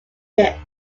they